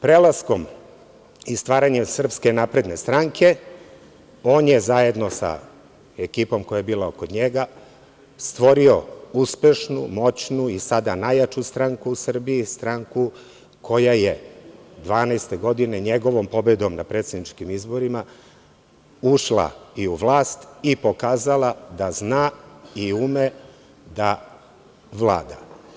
Prelaskom i stvaranjem SNS on je zajedno sa ekipom koja je bila oko njega stvorio uspešnu, moćnu i sada najjaču stranku u Srbiji, stranku koja je 2012. godine njegovom pobedom na predsedničkim izborima ušla i u vlast i pokazala da zna i ume da vlada.